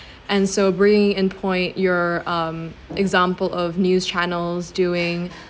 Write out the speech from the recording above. and so bringing it in point your um example of news channels doing